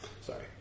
Sorry